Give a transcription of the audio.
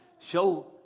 show